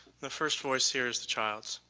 the first voice here is the child's.